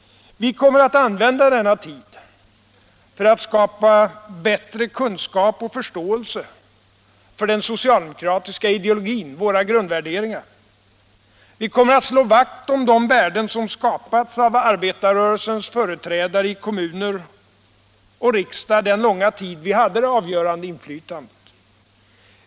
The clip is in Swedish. Vi kommer att använda denna tid för att skapa bättre kunskap och förståelse för den socialdemokratiska ideologin, för våra grundvärderingar. Vi kommer att slå vakt om de värden som skapats av arbetarrörelsens företrädare i kommuner och riksdag under den långa tid vi hade det avgörande inflytandet.